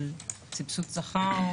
של סבסוד שכר